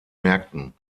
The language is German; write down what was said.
märkten